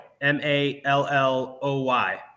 M-A-L-L-O-Y